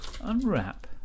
unwrap